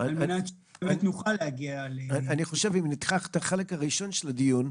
על מנת שנוכל להגיע --- אם ניקח את החלק הראשון של הדיון,